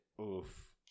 oof